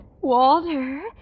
Walter